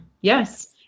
yes